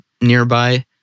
nearby